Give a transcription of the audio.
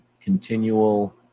continual